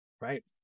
Right